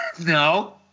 No